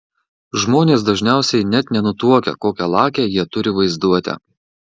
žmonės dažniausiai net nenutuokia kokią lakią jie turi vaizduotę